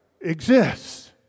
exists